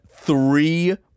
Three